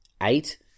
eight